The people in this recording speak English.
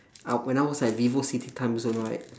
I when I was at vivocity timezone right